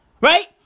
Right